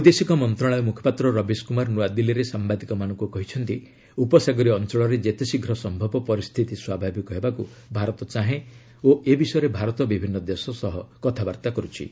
ବୈଦେଶିକ ମନ୍ତ୍ରଣାଳୟ ମୁଖପାତ୍ର ରବିଶ କୁମାର ନୂଆଦିଲ୍ଲୀରେ ସାମ୍ବାଦିକମାନଙ୍କୁ କହିଛନ୍ତି ଉପସାଗରୀୟ ଅଞ୍ଚଳରେ ଯେତେଶୀଘ୍ର ସମ୍ଭବ ପରିସ୍ଥିତି ସ୍ୱାଭାବିକ ହେବାକୁ ଭାରତ ଚାହେଁ ଓ ଏ ବିଷୟରେ ଭାରତ ବିଭିନ୍ନ ଦେଶ ସହ କଥାବାର୍ତ୍ତା କର୍ତ୍ଥି